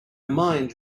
mind